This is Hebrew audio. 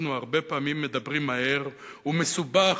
אנחנו הרבה פעמים מדברים מהר ומסובך,